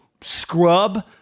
scrub –